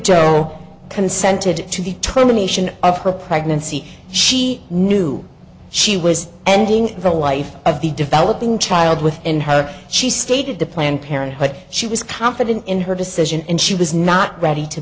jo consented to determination of her pregnancy she knew she was ending the life of the developing child within her she stated that planned parenthood she was confident in her decision and she was not ready to